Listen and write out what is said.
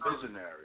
visionary